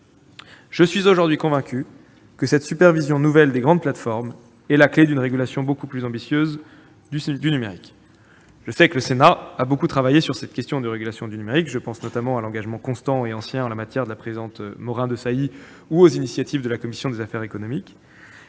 Je suis convaincu que cette supervision nouvelle des grandes plateformes est la clé d'une régulation beaucoup plus ambitieuse du numérique. Je sais que le Sénat a beaucoup travaillé sur cette question- je pense notamment à l'engagement constant et ancien de la présidente Morin-Desailly et aux initiatives de la commission des affaires économiques